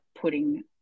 putting